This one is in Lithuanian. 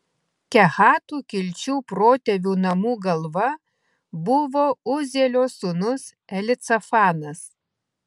kehatų kilčių protėvių namų galva buvo uzielio sūnus elicafanas